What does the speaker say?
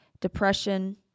depression